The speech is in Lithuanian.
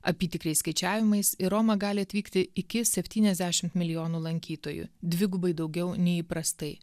apytikriais skaičiavimais į romą gali atvykti iki septyniasdešimt milijonų lankytojų dvigubai daugiau nei įprastai